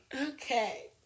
Okay